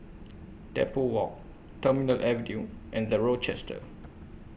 Depot Walk Terminal Avenue and The Rochester